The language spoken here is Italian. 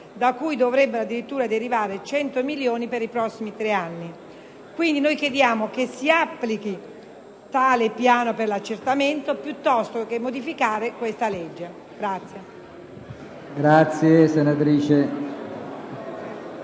da cui dovrebbero addirittura derivare 100 milioni per i prossimi tre anni. Quindi, chiediamo che si applichi tale piano per l'accertamento piuttosto che modificare la legge.